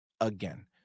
again